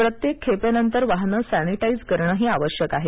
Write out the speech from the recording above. प्रत्येक खेपेनंतर वाहनं सँनेटाईझ करणंही आवश्यक आहे